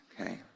okay